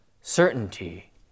certainty